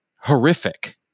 horrific